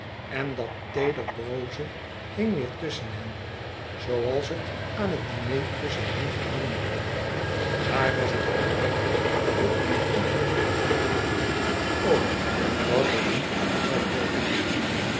en dat teeder broze hing weeêr tusschen hen zooals het aan het diner tusschen hen gehangen had daar was het gebroken door éen ongelukkig woord o dat het nu toch niet zoû breken